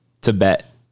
Tibet